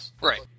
right